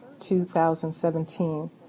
2017